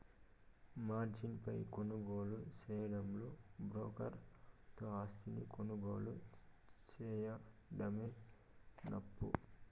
margin పై కొనుగోలు సేయడమంటే బ్రోకర్ తో ఆస్తిని కొనుగోలు సేయడమేనప్పా